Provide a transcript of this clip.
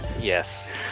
Yes